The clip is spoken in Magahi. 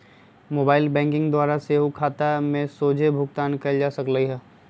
मोबाइल बैंकिंग द्वारा सेहो खता में सोझे भुगतान कयल जा सकइ छै